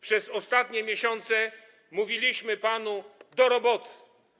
Przez ostatnie miesiące mówiliśmy panu: do roboty!